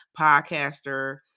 podcaster